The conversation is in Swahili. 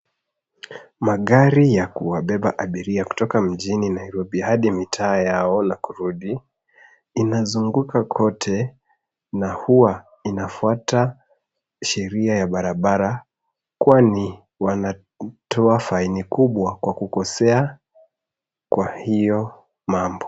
Magari ya kuwabeba abiria kutoka mjini Nairobu hadi mitaa yao na kurudi. Inazunguka kote na huwa inafuata sheria ya barabara kwani wanatoa faini kubwa kwa kukosea kwa hio mambo.